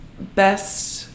best